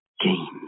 games